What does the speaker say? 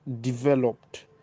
developed